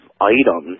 item